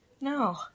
No